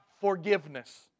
forgiveness